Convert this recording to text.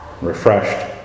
refreshed